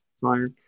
Fire